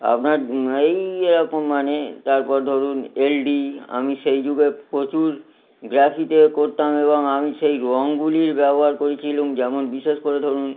আপনার এই এরকম মানে তারপর ধরুন এলডি আমি সেই যুগে প্রচুর গ্রাফিকেও করতাম এবং আমি সেই রংগুলির ব্যবহার করেছিলাম যেমন বিশেষ করে ধরুন